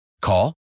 Call